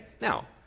Now